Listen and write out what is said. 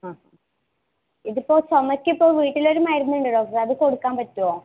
അ ഇത് ഇപ്പോൾ ചുമയ്ക്കിപ്പോൾ വീട്ടിലൊരു മരുന്നുണ്ട് ഡോക്ടറെ അത് കൊടുക്കാൻ പറ്റുമോ